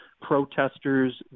protesters